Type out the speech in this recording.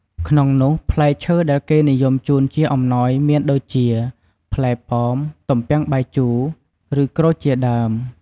ក្នុងនោះ ផ្លែឈើដែលគេនិយមជូនជាអំណោយមានដូចជា ផ្លែប៉ោម ទំពាំងបាយជូរ ឬ ក្រូចជាដើម។